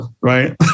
Right